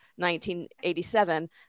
1987